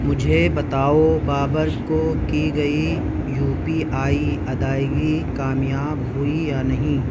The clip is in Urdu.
مجھے بتاؤ بابر کو کی گئی یو پی آئی ادائیگی کامیاب ہوئی یا نہیں